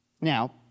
Now